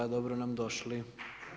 Dobro nam došli!